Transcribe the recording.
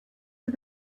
you